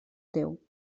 teu